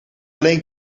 alleen